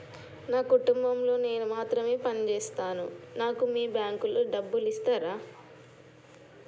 నా కుటుంబం లో నేను మాత్రమే పని చేస్తాను నాకు మీ బ్యాంకు లో డబ్బులు ఇస్తరా?